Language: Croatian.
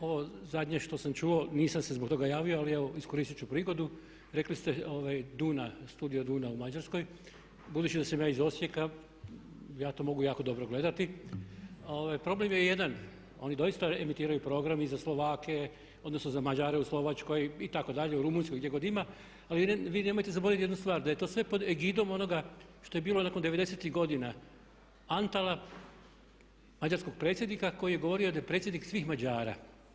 Ovo zadnje što sam čuo, nisam se zbog toga javio ali evo iskoristiti ću priliku, rekli ste Duna, studio Duna u Mađarskoj, budući da sam ja iz Osijeka, ja to mogu jako dobro gledati, problem je jedan, oni doista emitiraju program i za Slovake, odnosno za Mađare u Slovačkoj itd., u Rumunjskoj gdje ih god ima, ali vi nemojte zaboraviti jednu stvar, da je to sve pod egidom onoga što je bilo nakon devedesetih godina Antala, mađarskog predsjednika koji je govorio da je predsjednik svih Mađara.